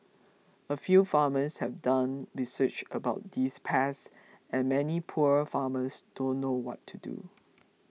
a few farmers have done research about these pests and many poor farmers don't know what to do